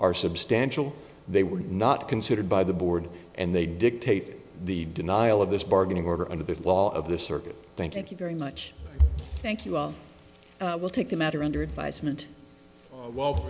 are substantial they were not considered by the board and they dictate the denial of this bargain in order under the law of this circuit thank you very much thank you i will take the matter under advisement